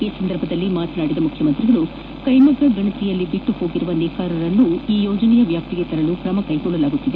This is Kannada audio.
ಈ ಸಂದರ್ಭದಲ್ಲಿ ಮಾತನಾಡಿದ ಮುಖ್ಯಮಂತ್ರಿ ಕೈಮಗ್ಗ ಗಣತಿಯಲ್ಲಿ ಬಿಟ್ಟು ಹೋಗಿರುವ ನೇಕಾರರನ್ನೂ ಈ ಯೋಜನೆ ವ್ಯಾಪ್ತಿಗೆ ತರಲು ಕ್ರಮ ಕೈಗೊಳ್ಳಲಾಗುತ್ತಿದೆ